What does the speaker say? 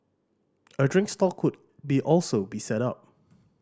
a drink stall could be also be set up